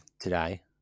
today